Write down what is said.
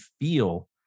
feel